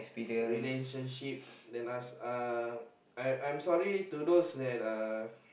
relationship than us uh I I'm sorry to those that uh